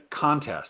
contest